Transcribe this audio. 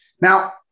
Now